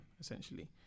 essentially